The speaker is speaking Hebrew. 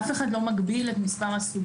אף אחד לא מגביל את מספר הסטודנטים.